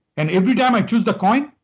and every time i choose the coin,